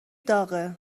داغه